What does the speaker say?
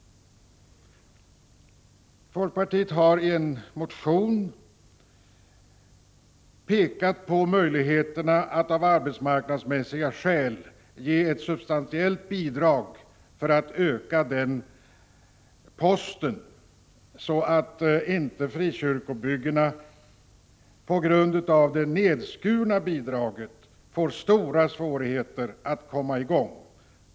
Folkpartiet har i en motion pekat på möjligheterna att av arbetsmarknadsmässiga skäl ge ett substantiellt bidrag för att öka den posten, så att inte frikyrkobyggena på grund av det nedskurna bidraget får stora svårigheter att komma i gång.